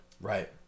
Right